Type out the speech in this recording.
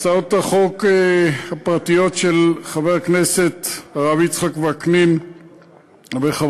הצעות החוק הפרטיות של חבר הכנסת הרב יצחק וקנין וחברת